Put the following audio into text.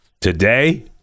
today